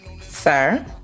Sir